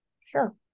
Sure